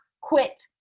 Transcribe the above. quit